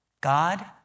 God